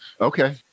Okay